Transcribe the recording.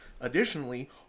Additionally